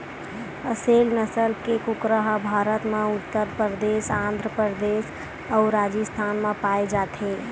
असेल नसल के कुकरा ह भारत म उत्तर परदेस, आंध्र परदेस अउ राजिस्थान म पाए जाथे